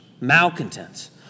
malcontents